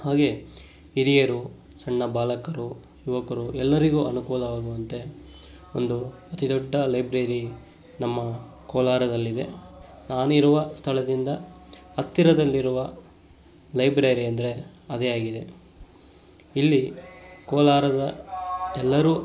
ಹಾಗೆ ಹಿರಿಯರು ಸಣ್ಣ ಬಾಲಕರು ಯುವಕರು ಎಲ್ಲರಿಗು ಅನುಕೂಲವಾಗುವಂತೆ ಒಂದು ಅತಿ ದೊಡ್ಡ ಲೈಬ್ರೆರಿ ನಮ್ಮ ಕೋಲಾರದಲ್ಲಿದೆ ನಾನಿರುವ ಸ್ಥಳದಿಂದ ಹತ್ತಿರದಲ್ಲಿರುವ ಲೈಬ್ರೆರಿ ಅಂದರೆ ಅದೇ ಆಗಿದೆ ಇಲ್ಲಿ ಕೋಲಾರದ ಎಲ್ಲರು